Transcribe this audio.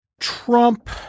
Trump